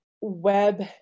web